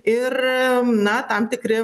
ir na tam tikri